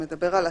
שמדבר על השגה,